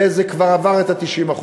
וזה כבר עבר את ה-90%.